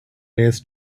days